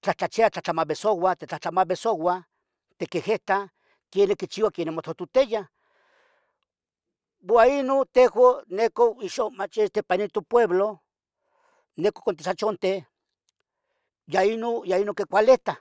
tlahtlachiya tlahtlamovisoua titlamovisouah tiquihitah quenih quichiua quenih motohtotiyah uan inon tejun neco ixo ipan nen topueblo neco xiachonten ya inon quicualetah